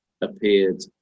appeared